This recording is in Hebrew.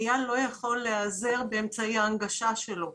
בגללה איל לא יכול להיעזר באמצעי ההנגשה שלו,